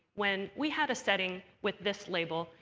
when we had a setting with this label.